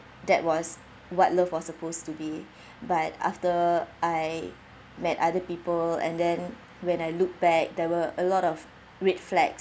that was what love was supposed to be but after I met other people and then when I look back there were a lot of red flags